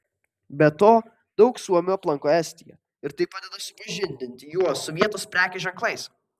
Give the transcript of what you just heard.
be to daug suomių aplanko estiją ir tai padeda supažindinti juos su vietos prekės ženklais